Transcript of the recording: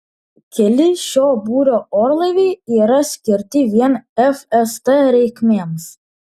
keli šio būrio orlaiviai yra skirti vien fst reikmėms